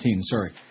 sorry